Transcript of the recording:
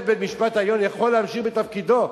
בית-משפט העליון יכול להמשיך בתפקידו.